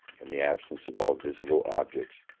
in the absence of all visible objects,